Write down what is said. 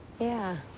yeah.